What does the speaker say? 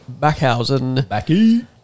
Backhausen